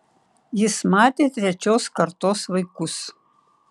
jis matė trečios kartos vaikus